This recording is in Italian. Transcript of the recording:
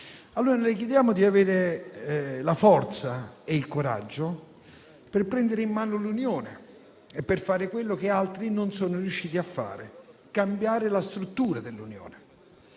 Ministro. Le chiediamo dunque di avere la forza e il coraggio per prendere in mano l'Unione e per fare quello che altri non sono riusciti a fare: cambiare la struttura dell'Unione